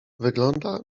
wygląda